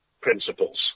principles